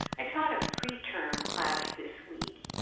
i taught a preterm class this week,